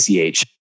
ACH